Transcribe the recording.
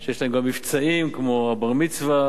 שיש להם גם מבצעים כמו הבר-מצווה,